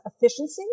efficiency